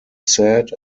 said